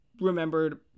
remembered